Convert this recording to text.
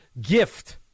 gift